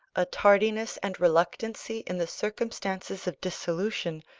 a tardiness and reluctancy in the circumstances of dissolution,